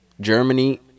Germany